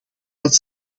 dat